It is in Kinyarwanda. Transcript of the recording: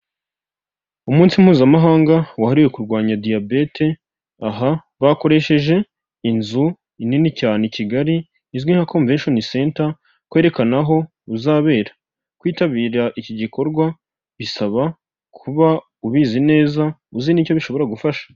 Umunsi mpuzamahanga wahariwe kurwanya diyabete, aha bakoresheje inzu inini cyane i Kigali, izwi nka convention centre kwerekana aho uzabera. Kwitabira iki gikorwa bisaba kuba ubizi neza, uzi n'icyo bishobora gufasha.